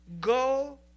Go